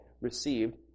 received